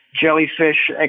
jellyfish